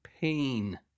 pain